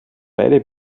beide